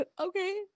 Okay